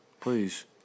Please